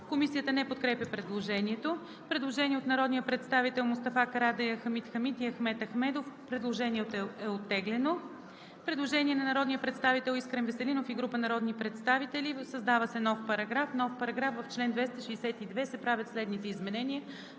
Комисията не подкрепя предложението. Предложение от народния представител Мустафа Карадайъ, Хамид Хамид и Ахмед Ахмедов. Предложението е оттеглено. Предложение на народния представител Искрен Веселинов и група народни представители: „Създава се нов §...:„§... В чл. 262 се правят следните изменения: